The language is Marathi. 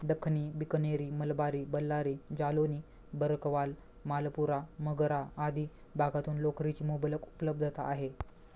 दख्खनी, बिकनेरी, मलबारी, बल्लारी, जालौनी, भरकवाल, मालपुरा, मगरा आदी भागातून लोकरीची मुबलक उपलब्धता आहे